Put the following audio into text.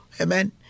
Amen